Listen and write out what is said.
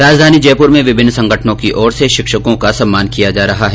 राजधानी जयपूर में विभिन्न संगठनों की ओर से शिक्षकों का सम्मान किया जा रहा है